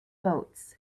boats